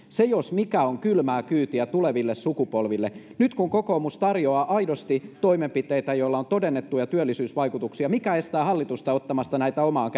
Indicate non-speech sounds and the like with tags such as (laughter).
(unintelligible) se jos mikä on kylmää kyytiä tuleville sukupolville nyt kun kokoomus tarjoaa aidosti toimenpiteitä joilla on todennettuja työllisyysvaikutuksia mikä estää hallitusta ottamasta näitä omaan (unintelligible)